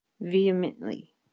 vehemently